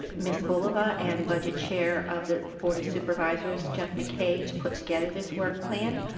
ms. bulova and budget chair of the board of supervisors jeff mckay, to put together this work plan.